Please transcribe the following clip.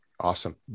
Awesome